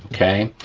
okay?